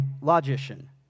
logician